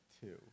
two